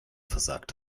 versagt